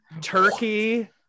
turkey